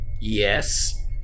Yes